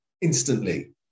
instantly